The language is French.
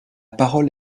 parole